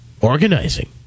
organizing